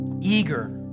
eager